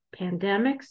pandemics